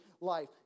life